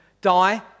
die